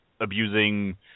abusing